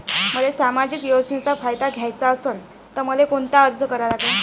मले सामाजिक योजनेचा फायदा घ्याचा असन त कोनता अर्ज करा लागन?